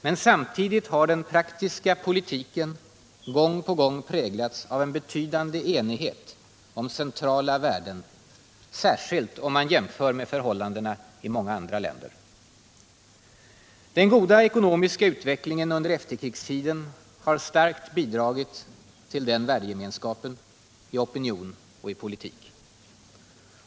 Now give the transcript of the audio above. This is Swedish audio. Men samtidigt har den praktiska politiken gång på gång präglats av en betydande enighet om centrala värden, särskilt om man jämför med förhållandena i många andra länder. Den goda ekonomiska utvecklingen under efterkrigstiden har starkt bidragit till den värdegemenskapen i opinion och politik.